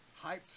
hyped